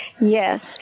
Yes